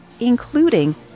including